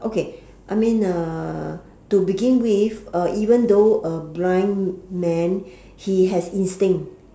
okay I mean uh to begin with uh even though a blind man he has instinct